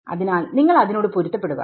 അതിനാൽ നിങ്ങൾ അതിനോട് പൊരുത്തപ്പെടുക